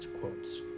quotes